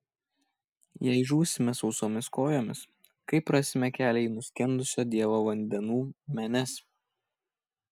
jei žūsime sausomis kojomis kaip rasime kelią į nuskendusio dievo vandenų menes